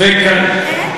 אין?